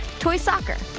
toy soccer.